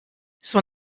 son